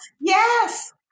yes